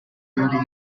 loan